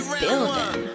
building